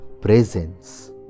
presence